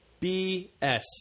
BS